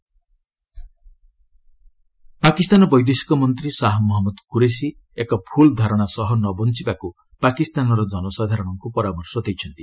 ପାକ୍ କୁରେଶି କାଶ୍ୱୀର ପାକିସ୍ତାନ ବୈଦେଶିକ ମନ୍ତ୍ରୀ ଶାହା ମହମ୍ମଦ କୁରେଶି ଏକ ଭୁଲ୍ ଧାରଣା ସହ ନ ବଞ୍ଚବାକୁ ପାକିସ୍ତାନର ଜନସାଧାରଣଙ୍କୁ ପରାମର୍ଶ ଦେଇଛନ୍ତି